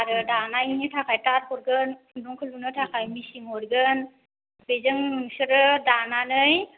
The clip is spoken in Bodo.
आरो दानायनि थाखाय थात हरगोन खुन्दुंखौ लुनो थाखाय मेशिन हरगोन बेजों नोंसोरो दानानै